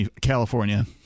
California